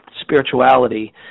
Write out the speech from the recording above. spirituality